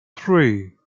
three